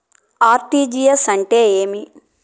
RTGS అంటే ఏమి